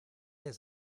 has